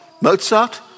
Mozart